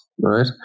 right